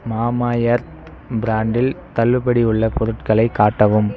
Mamaearth பிராண்டில் தள்ளுபடி உள்ள பொருட்களை காட்டவும்